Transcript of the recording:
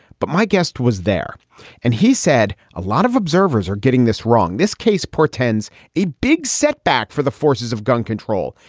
but my guest was there and he. said a lot of observers are getting this wrong. this case portends a big setback for the forces of gun control.